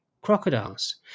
crocodiles